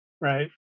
right